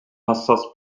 hassas